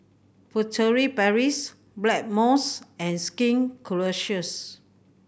Furtere Paris Blackmores and Skin Ceuticals